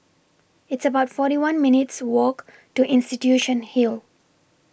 It's about forty one minutes Walk to Institution Hill